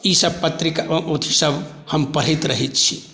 ईसभ पत्रिकासभ हम पढ़ैत रहैत छी